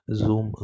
Zoom